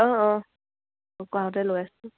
অঁ অঁ লৈ আছোঁ